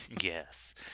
Yes